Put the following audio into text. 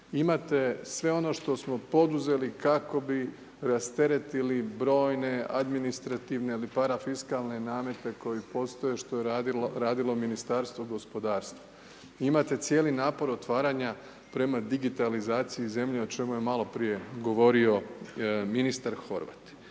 Imate sve ono što smo poduzeli kako rasteretili brojne administrativne parafiskalne namete koji postoje što je radilo Ministarstvo gospodarstva. Imate cijeli napor otvaranja prema digitalizaciji zemlje o čemu je maloprije govorio ministar Horvat.